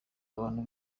abantu